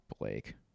Blake